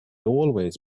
always